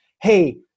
hey